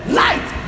light